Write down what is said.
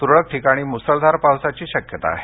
तुरळक ठिकाणी मुसळधार पावसाची शक्यता आहे